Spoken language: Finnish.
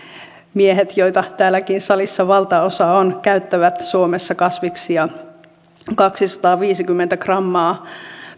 miehet joita täälläkin salissa valtaosa on käyttävät suomessa kasviksia kaksisataaviisikymmentä grammaa